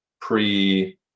pre